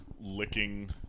licking